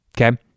okay